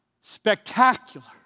spectacular